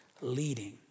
leading